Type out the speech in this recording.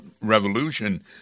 Revolution